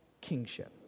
kingship